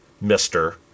mister